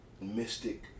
Mystic